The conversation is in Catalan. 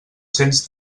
cents